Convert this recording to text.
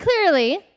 clearly